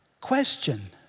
question